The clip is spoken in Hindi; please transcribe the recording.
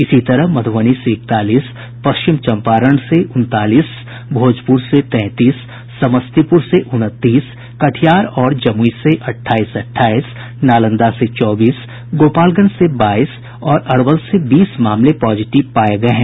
इसी तरह मधुबनी से इकतालीस पश्चिम चम्पारण से उनतालीस भोजपुर से तैंतीस समस्तीपुर से उनतीस कटिहार और जमुई से अट्ठाईस अट्ठाईस नालंदा से चौबीस गोपालगंज से बाईस और अरवल से बीस मामले पॉजिटिव पाये गये हैं